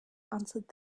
answered